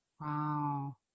Wow